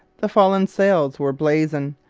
the fallen sails were blazing.